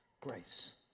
grace